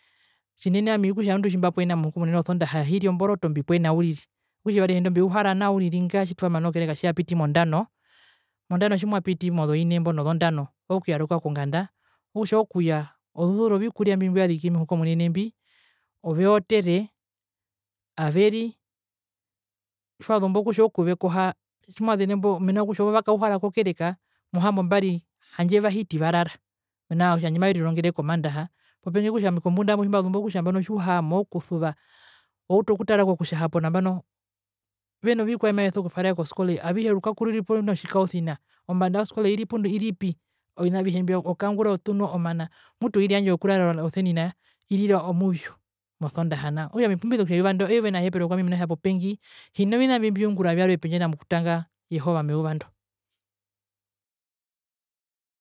Tjinene ami okutja oondi tjimbapwena muhukomunene osondaha ami hiri omboroto mbipwena uriri okutja eyuva arihe ndo mbiuhara nao nga tjitwamana okereka tjiyapiti mondano, mondano tjimwapiti mbo mozoine mbo nozondano okuyaruka konganda okutja ookuya ozozuzura ovikuria mbiwaziki muhukomunene mbi oveotere averi tjwazumbo okutja okuvekoha tjimwazire mbo mena rokutja mwakauhara kokereka mohambombari handje owo vahiti varara mena rokutja handje maverirongere komandaha popengi kombunda tjimbazumbo tjiuhama okusuva outu okutara kokutja nambano veno vikwae mbimaveso kutwaerera koskole avihe orukaku ruri puno tjikausina ombanda yoskole iri iripi ovina avihe mbio okangura otunu omana mutu oiri yandje yokurara irira o muvyu mosondaha nao okutja ami opumbizo kutjavi eyuva ndo eyuva ena hepero kwami mena rokutja popengi hina vina mbimbiungura vyarwe pendje nokutanga jehova meuva ndo.